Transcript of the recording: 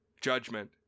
judgment